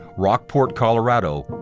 rockport, colorado,